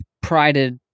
prided